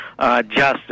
justice